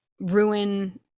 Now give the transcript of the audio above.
ruin